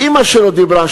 אימא שלו דיברה.